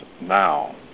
now